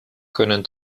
können